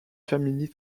famille